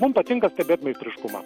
mum patinka stebėt meistriškumą